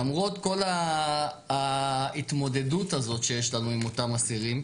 למרות כל ההתמודדות הזאת שיש לנו עם אותם אסירים,